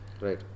Right